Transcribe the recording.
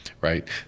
right